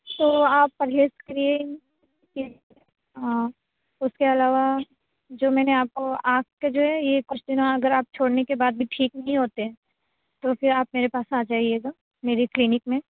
تو آپ پرہیز کریے ان ہاں اس کے علاوہ جو میں نے آپ کو آنکھ کے جو ہے یہ کچھ دنوں اگر آپ چھوڑنے کے بعد بھی ٹھیک نہیں ہوتے تو پھر آپ میرے پاس آ جائیے گا میری کلینک میں